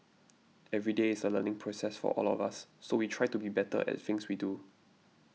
every day is a learning process for all of us so we try to be better at things we do